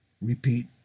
repeat